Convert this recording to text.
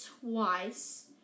twice